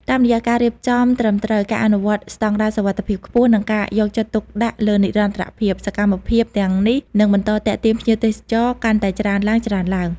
តាមរយៈការរៀបចំត្រឹមត្រូវ ការអនុវត្តស្តង់ដារសុវត្ថិភាពខ្ពស់ និងការយកចិត្តទុកដាក់លើនិរន្តរភាព សកម្មភាពទាំងនេះនឹងបន្តទាក់ទាញភ្ញៀវទេសចរកាន់តែច្រើនឡើងៗ។